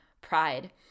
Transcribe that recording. pride